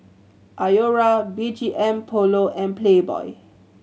Iora B G M Polo and Playboy